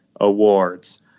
awards